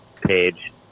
page